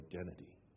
identity